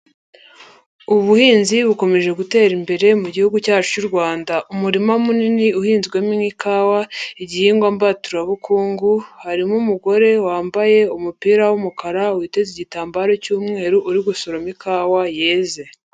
Ubuhinzi bukomeje gutera imbere mu gihugu cyacu cy'u Rwanda. Umurima munini uhinzwemo ikawa igihingwa mbaturabukungu, harimo umugore wambaye umupira w'umukara witeze igitambaro cy'umweru uri gusuramo ikawa yeze.